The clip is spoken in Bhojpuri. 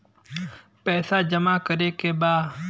पैसा जमा करे के बा?